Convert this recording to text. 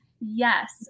Yes